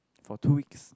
for two weeks